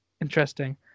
interesting